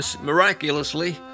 Miraculously